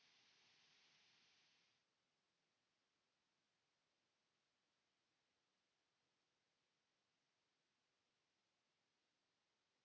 Kiitos.